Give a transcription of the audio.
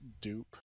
dupe